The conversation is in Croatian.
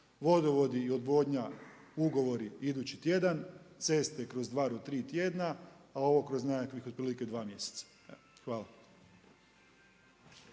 Vodovodi i odvodnja, ugovori idući tjedan, ceste kroz dva do tri tjedna a ovo kroz nekakvih otprilike 2 mjeseca. Evo,